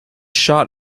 shot